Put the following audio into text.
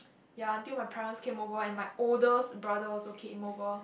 ya until my parents came over and my oldest brother also came over